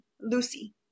lucy